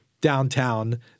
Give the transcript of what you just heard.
downtown